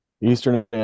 Eastern